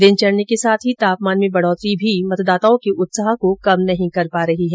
दिन चढने के साथ ही तापमान में बढोतरी भी मतदाताओं के उत्साह को कम नहीं कर पा रही है